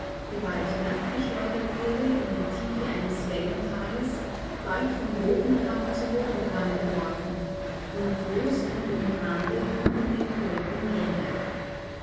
die bald hinabgeschleudert wurde in die tiefe eines wellentales bald von wogenkamm zu wogenkamm geworfen umtost und umbrandet von dem empörten meere